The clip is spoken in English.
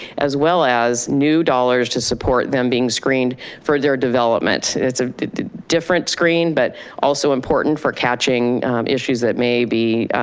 as well as new dollars to support them being screened for their development. it's a different screen but also important for catching issues that may